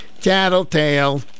Tattletale